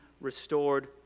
restored